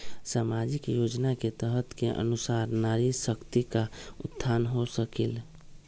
सामाजिक योजना के तहत के अनुशार नारी शकति का उत्थान हो सकील?